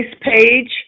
page